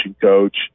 coach